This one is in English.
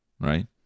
right